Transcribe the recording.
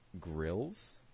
grills